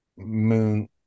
moon